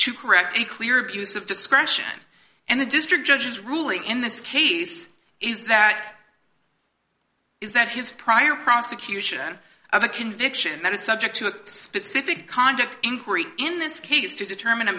to correct a clear abuse of discretion and the district judge's ruling in this case is that is that his prior prosecution of a conviction that is subject to a specific conduct inquiry in this case to determine a